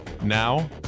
Now